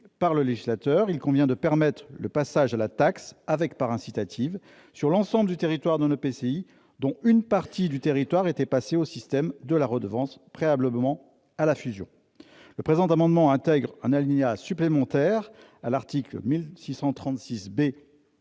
par le législateur, il convient de permettre le passage à la taxe avec part incitative sur l'ensemble du territoire d'un EPCI dont une partie du territoire était passée au système de la redevance préalablement à la fusion. Le présent amendement vise à insérer un alinéa supplémentaire dans l'article 1636 B